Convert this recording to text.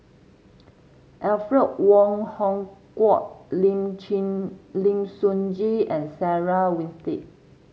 Alfred Wong Hong Kwok Lim Lim Sun Gee and Sarah Winstedt